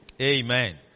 Amen